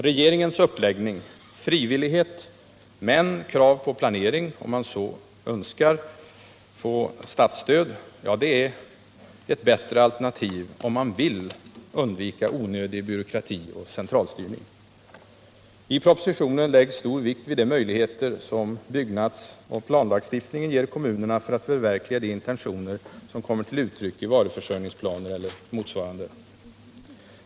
Regeringens uppläggning — frivillighet, men krav på planering om man önskar få statsstöd — är ett bättre alternativ om man vill undvika onödig byråkrati och centralstyrning. I propositionen läggs stor vikt vid de möjligheter som byggnadsoch planlagstiftningen ger kommunerna för att förverkliga de intentioner som kommer till uttryck i varuförsörjningsplaner eller motsvarande.